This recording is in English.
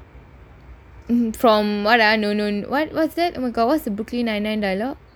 um from what ah what what was that oh my god what's the brooklyn ninty nine dialogue